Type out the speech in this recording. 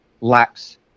lacks